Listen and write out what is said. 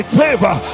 favor